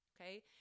okay